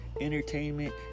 entertainment